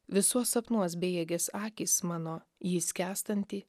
visuos sapnuos bejėgės akys mano jį skęstantį